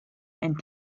and